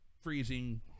freezing